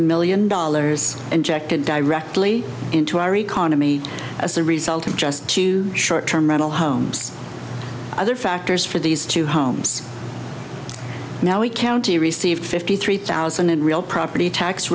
million dollars injected directly into our economy as a result of just short term rental homes other factors for these two homes now we count to receive fifty three thousand and real property tax